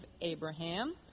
Abraham